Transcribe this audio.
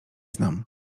znam